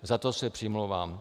Za to se přimlouvám.